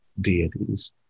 deities